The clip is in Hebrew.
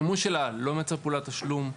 המימוש שלה לא מייצר פעולת תשלום,